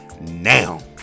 Now